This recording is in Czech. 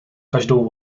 každou